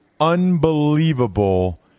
unbelievable